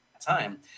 time